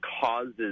causes